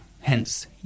hence